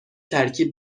ترکیب